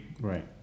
Right